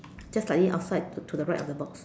just slightly outside to to the right of the box